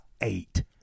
eight